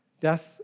Death